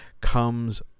comes